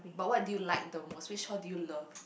but what do you like the most which one do you love